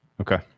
Okay